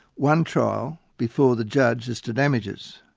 one trial before the judge, is to damages.